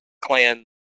clan